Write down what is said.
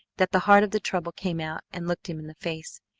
that the heart of the trouble came out and looked him in the face.